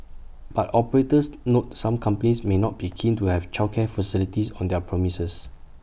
but operators noted some companies may not be keen to have childcare facilities on their premises